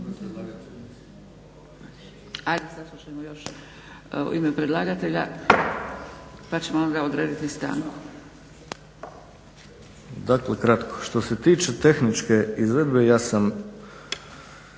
Saslušajmo još u ime predlagatelja pa ćemo onda odrediti stanku. **Bauk, Arsen (SDP)** Što se tiče tehničke izvedbe ja sam